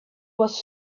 was